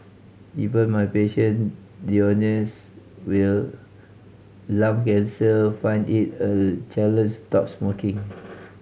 even my patient diagnose will lung cancer find it a challenge stop smoking